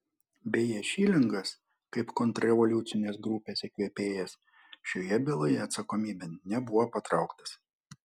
beje šilingas kaip kontrrevoliucinės grupės įkvėpėjas šioje byloje atsakomybėn nebuvo patrauktas